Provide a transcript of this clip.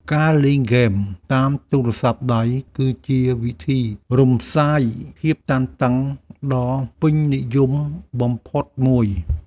ការលេងហ្គេមតាមទូរស័ព្ទដៃ គឺជាវិធីរំសាយភាពតានតឹងដ៏ពេញនិយមបំផុតមួយ។